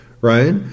right